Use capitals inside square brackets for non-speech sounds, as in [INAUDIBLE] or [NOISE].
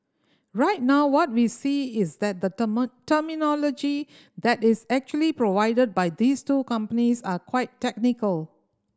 right now what we see is that the [UNINTELLIGIBLE] terminology that is actually provided by these two companies are quite technical